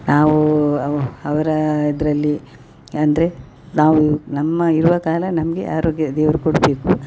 ನಾವೂ ಅವ್ ಅವ್ರಾ ಇದರಲ್ಲಿ ಅಂದರೆ ನಾವು ನಮ್ಮ ಇರುವ ಕಾಲ ನಮಗೆ ಆರೋಗ್ಯ ದೇವರು ಕೊಡಬೇಕು